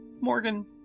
Morgan